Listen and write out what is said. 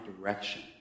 direction